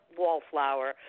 wallflower